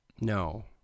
No